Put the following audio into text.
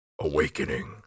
Awakening